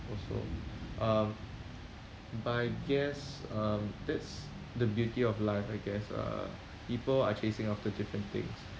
also um but I guess um that's the beauty of life I guess uh people are chasing after different things